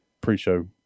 pre-show